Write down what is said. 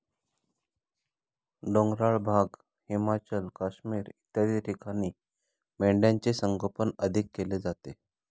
डोंगराळ भाग, हिमाचल, काश्मीर इत्यादी ठिकाणी मेंढ्यांचे संगोपन अधिक केले जाते